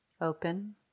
Open